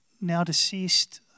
now-deceased